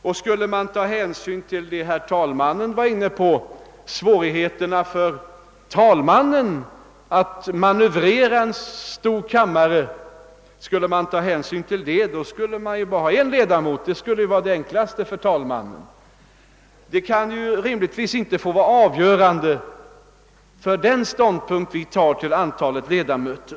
Och om vi skulle ta hänsyn till vad herr förste vice tal mannen sade för en stund sedan, nämligen att det är så svårt för talmannen att manövrera en stor kammare — ja, då skulle vi ju helst bara ha en enda ledamot i kammaren. Det skulle vara det enklaste för talmannen. Sådant kan rimligtvis inte vara avgörande för vilken ståndpunkt vi intar till frågan om antalet ledamöter.